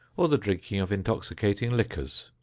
or the drinking of intoxicating liquors.